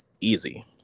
easy